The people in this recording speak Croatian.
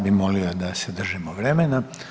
Ja bih molio da se držimo vremena.